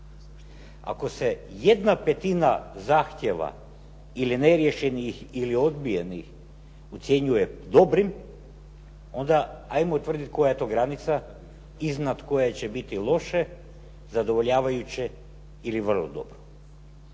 Ako se jedna petina zahtjeva ili neriješenih ili odbijenih ocjenjuje dobrim, onda 'ajmo utvrditi koja je to granica iznad koje će biti loše, zadovoljavajuće ili vrlo dobro.